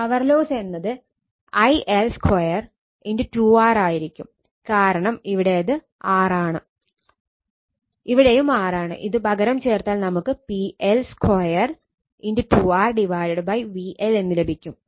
power loss എന്നത് IL2 VL എന്ന് ലഭിക്കും